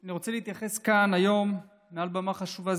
אני רוצה להתייחס כאן היום מעל במה חשובה